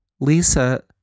Lisa